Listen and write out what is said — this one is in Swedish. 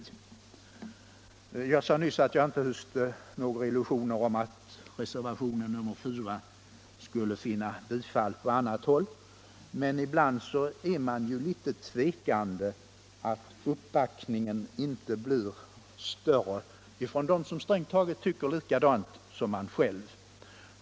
Jag sade nyss att jag inte hyste några illusioner om att reservationen 4 skulle vinna bifall från annat håll, men ibland är man litet undrande över att uppbackningen inte blir större från dem som strängt taget tycker likadant som man själv.